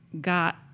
got